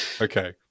Okay